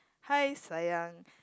hi sayang